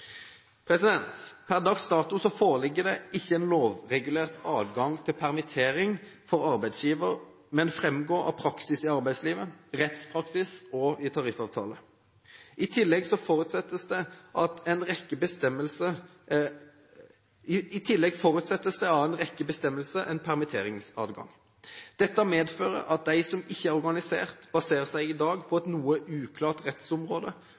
arbeid. Per dags dato foreligger det ikke en lovregulert adgang til permittering for arbeidsgiver, men det framgår av praksis i arbeidslivet, rettspraksis og i tariffavtaler. I tillegg forutsettes det av en rekke bestemmelser en permitteringsadgang. Dette medfører at de som ikke er organisert, i dag baserer seg på et noe uklart rettsområde,